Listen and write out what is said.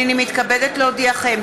הינני מתכבדת להודיעכם,